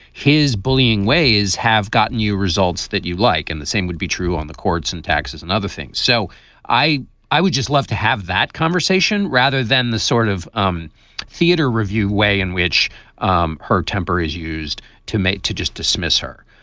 his bullying ways have gotten you results that you like. and the same would be true on the courts and taxes and other things. so i i would just love to have that conversation rather than the sort of um theater review way in which um her temper is used to make to just dismiss her.